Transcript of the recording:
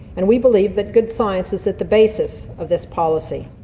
and we believe that good science is at the basis of this policy.